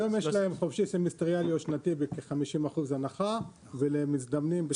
היום יש להם חופשי סמסטריאלי או שנתי בכ-50% ולמזדמנים ב-30% הנחה.